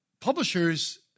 publishers